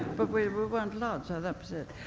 but we we weren't allowed, so that was it.